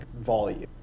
volume